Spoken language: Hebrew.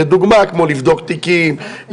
לדוגמה כמו לבדוק תיקים,